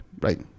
right